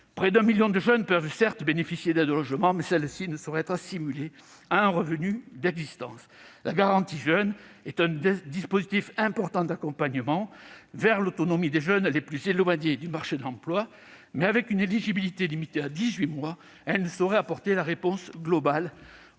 Près d'un million de jeunes peuvent certes bénéficier d'aides au logement, mais celles-ci ne sauraient être assimilées à un revenu d'existence. La garantie jeunes constitue un dispositif important d'accompagnement vers l'autonomie des jeunes les plus éloignés du marché de l'emploi, mais, avec une éligibilité limitée à dix-huit mois, elle ne saurait apporter de réponse globale